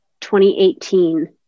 2018